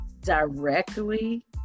directly